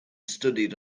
studied